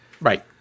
Right